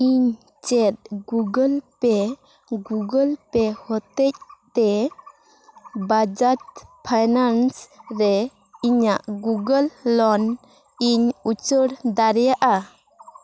ᱤᱧ ᱪᱮᱫ Google Pay Google Pay ᱦᱚᱛᱮᱡ ᱛᱮ ᱵᱟᱡᱟᱡ ᱯᱷᱟᱭᱱᱟᱥ ᱨᱮ ᱤᱧᱟᱹᱜ ᱜᱩᱜᱩᱞ ᱞᱳᱱ ᱤᱧ ᱩᱪᱟᱹᱲ ᱫᱟᱲᱮᱭᱟᱜᱼᱟ